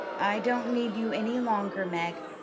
i don't need you any longer, meg.